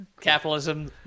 Capitalism